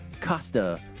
Costa